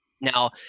Now